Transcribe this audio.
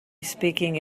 speaking